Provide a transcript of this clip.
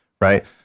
Right